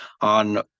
on